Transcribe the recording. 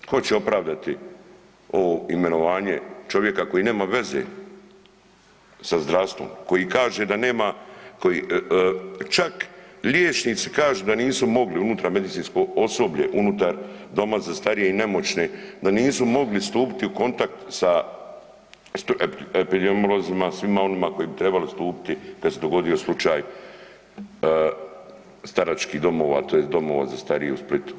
Tko će opravdati ovo imenovanje čovjeka koji nema veze sa zdravstvom, koji čak liječnici kažu da nisu mogli unutra medicinsko osoblje, unutar doma za starije i nemoćne da nisu mogli stupiti u kontakt sa epidemiolozima, svima onima koji bi trebali stupiti kada se dogodio slučaj staračkih domova tj. domova za starije u Splitu.